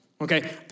okay